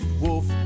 wolf